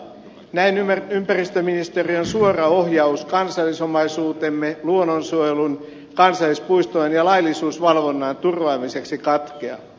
näin ympäristöministeriön suora ohjaus kansallisomaisuutemme luonnonsuojelun kansallispuistojen ja laillisuusvalvonnan turvaamiseksi katkeaa